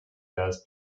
does